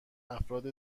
افراد